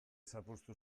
zapuztu